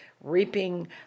reaping